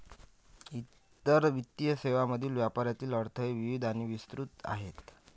इतर वित्तीय सेवांमधील व्यापारातील अडथळे विविध आणि विस्तृत आहेत